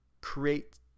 create